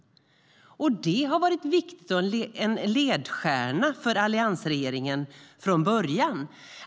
Det var en viktig ledstjärna för alliansregeringen från början.